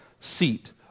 seat